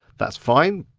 that's fine.